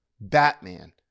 Batman